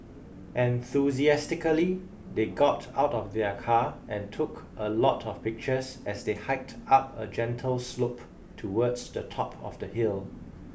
enthusiastically they got out of their car and took a lot of pictures as they hiked up a gentle slope towards the top of the hill